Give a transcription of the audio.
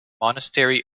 monastery